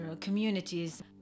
communities